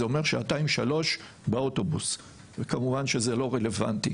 זה אומר שעתיים-שלוש באוטובוס וכמובן שזה לא רלוונטי.